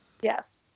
Yes